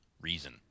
reason